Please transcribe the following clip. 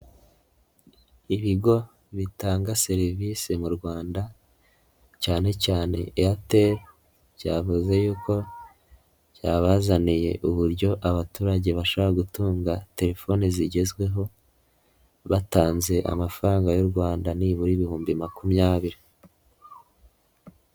Ibigo bitanga service mu Rwanda, cyane cyane airtel ,byavuze yuko byabazaniye uburyo abaturage bashora gutunga telefoni zigezweho, batanze amafaranga y'u Rwanda nibura ibihumbi makumyabiri.